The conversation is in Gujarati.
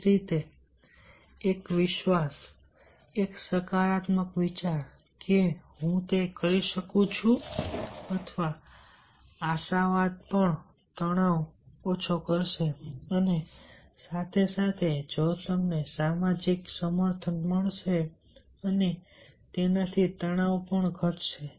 એ જ રીતે એક વિશ્વાસ એક સકારાત્મક વિચાર કે હું તે કરી શકું છું અથવા આશાવાદ પણ તણાવ ઓછો કરશે અને સાથે સાથે જો તમને સામાજિક સમર્થન મળશે અને તેનાથી તણાવ પણ ઘટશે